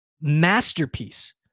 masterpiece